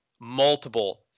multiple